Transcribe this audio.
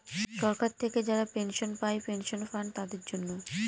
সরকার থেকে যারা পেনশন পায় পেনশন ফান্ড তাদের জন্য